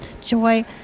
Joy